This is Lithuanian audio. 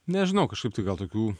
nežinau kažkaip tai gal tokių